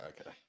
okay